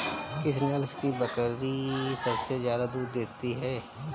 किस नस्ल की बकरी सबसे ज्यादा दूध देती है?